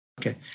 Okay